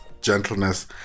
gentleness